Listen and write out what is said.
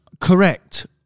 Correct